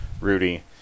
Rudy